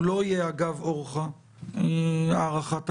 הוא לא יהיה אגב אורחא הארכת תקנות.